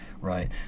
Right